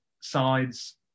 sides